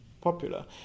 popular